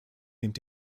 nimmt